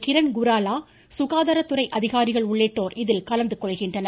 கிரண் குராலா குகாதாரத்துறை அதிகாரிகள் உள்ளிட்டோர் இதில் கலந்து கொள்கின்றனர்